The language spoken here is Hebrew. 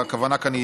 הכוונה כאן היא